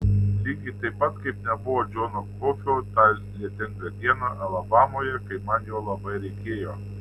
lygiai taip pat kaip nebuvo džono kofio tą lietingą dieną alabamoje kai man jo labai reikėjo